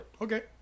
okay